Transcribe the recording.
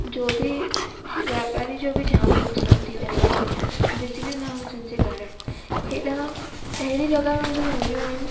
जो बि वापारी जो बि जाम नुक़सानु थी वेंदो आहे बिजली न हुजण जे कारणु हेॾा हेड़ी जॻहियूं बि हूंदियूं आहिनि